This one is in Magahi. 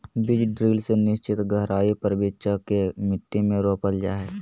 बीज ड्रिल से निश्चित गहराई पर बिच्चा के मट्टी में रोपल जा हई